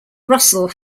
russell